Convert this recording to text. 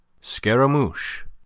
Scaramouche